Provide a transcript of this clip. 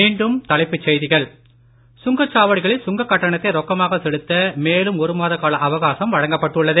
மீண்டும் தலைப்புச் செய்திகள் சுங்கச்சாவடிகளில் சுங்கக் கட்டணத்தை ரொக்கமாக செலுத்த மேலும் ஒரு மாத கால அவகாசம் வழங்கப்பட்டுள்ளது